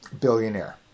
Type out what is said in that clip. billionaire